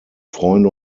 freunde